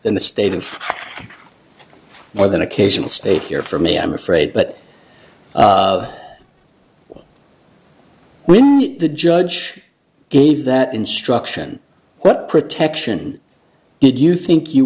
in the state and more than occasional stay here for me i'm afraid but when the judge gave that instruction what protection did you think you